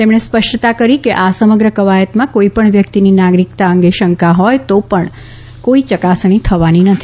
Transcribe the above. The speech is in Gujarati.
તેમણે સ્પષ્ટતા કરી કે આ સમગ્ર કવાયતમાં કોઇપણ વ્યક્તિની નાગરિકતા અંગે શંકા હોથ તો પણ કોઇ ચકાસણી થવાની નથી